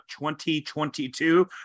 2022